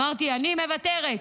אמרתי, אני מוותרת.